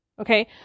Okay